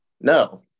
No